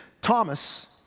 Thomas